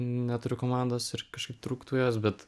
neturi komandos ir kažkaip trūktų jos bet